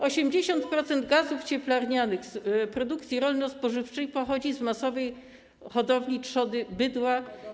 80% gazów cieplarnianych z produkcji rolno-spożywczej pochodzi z masowej hodowli trzody, bydła.